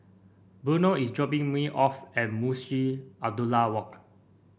Bruno is dropping me off at Munshi Abdullah Walk